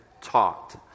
taught